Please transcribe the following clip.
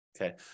Okay